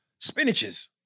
spinaches